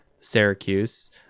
Syracuse